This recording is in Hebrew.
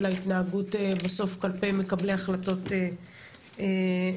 ההתנהגות בסוף כלפי מקבלי החלטות מדינה.